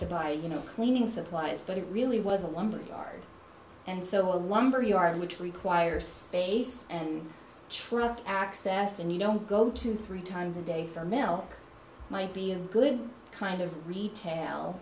to buy you know cleaning supplies but it really was a lumber yard and so a lumber yard which requires space and access and you don't go to three times a day for mel might be a good kind of retail